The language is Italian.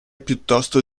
piuttosto